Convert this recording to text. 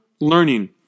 learning